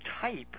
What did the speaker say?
type